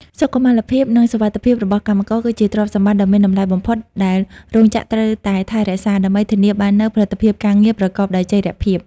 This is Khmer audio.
សុខុមាលភាព និងសុវត្ថិភាពរបស់កម្មករ គឺជាទ្រព្យសម្បត្តិដ៏មានតម្លៃបំផុតដែលរោងចក្រត្រូវតែថែរក្សា ដើម្បីធានាបាននូវផលិតភាពការងារប្រកបដោយចីរភាព។